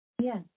Yes